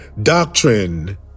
Doctrine